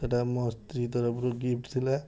ସେଇଟା ମୋ ସ୍ତ୍ରୀ ତରଫରୁ ଗିଫ୍ଟ ଥିଲା